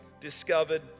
discovered